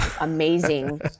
amazing